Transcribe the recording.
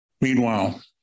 Meanwhile